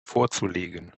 vorzulegen